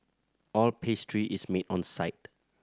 all pastry is made on site